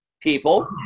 people